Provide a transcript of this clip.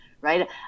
Right